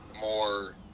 more